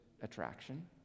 attraction